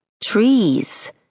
trees